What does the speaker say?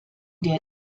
der